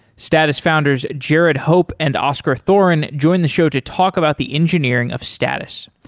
status founders jarrad hope and oskar thoren join the show to talk about the engineering of status.